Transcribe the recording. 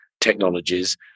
technologies